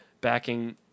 backing